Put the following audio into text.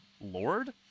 lord